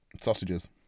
Sausages